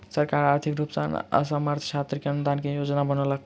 सरकार आर्थिक रूप सॅ असमर्थ छात्र के अनुदान के योजना बनौलक